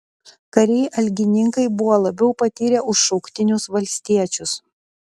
kariai algininkai buvo labiau patyrę už šauktinius valstiečius